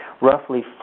roughly